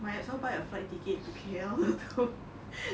might as well buy a flight ticket to K_L